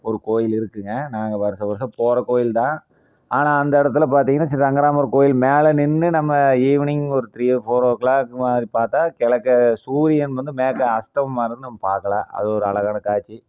ஒரு கோயில் இருக்குங்க நாங்கள் வருஷ வருஷம் போகிற கோயில் தான் ஆனால் அந்த இடத்துல பார்த்தீங்கன்னா ஸ்ரீ ரங்கராமர் கோயில் மேலே நின்று நம்ம ஈவினிங் ஒரு three or four o'clock மாதிரி பார்த்தா கிழக்க சூரியன் வந்து மேற்கே அஸ்தமனம் ஆகிறது நம்ம பார்க்கலாம் அது ஒரு அழகான காட்சி